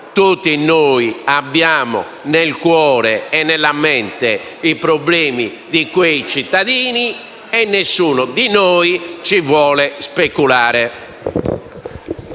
Tutti noi abbiamo, nel cuore e nella mente, i problemi di quei cittadini e nessuno di noi vuole speculare